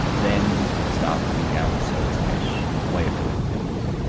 then start looking down the service mesh way of doing things.